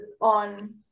on